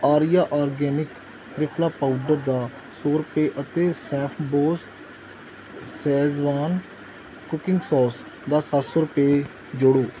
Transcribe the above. Arya organic triphala powder ਦਾ ਸੌ ਰੁਪਏ ਅਤੇ ਸ਼ੈੱਫਬੌਸ ਸ਼ੈਜ਼ਵਾਨ ਕੁਕਿੰਗ ਸਾਸ ਦਾ ਸੱਤ ਸੌ ਰੁਪਏ ਜੋੜੋ